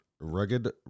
rugged